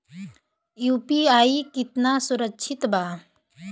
UPI कितना सुरक्षित बा?